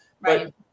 Right